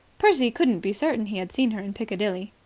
percy couldn't be certain he had seen her in piccadilly.